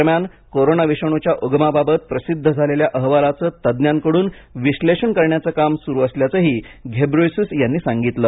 दरम्यान कोरोना विषाणूच्या उगमाबाबत प्रसिध्द झालेल्या अहवालाचं तज्ज्ञांकडून विश्लेषण करण्याचं काम सुरू असल्याचंही घेब्रेयेसूस यांनी सांगितलं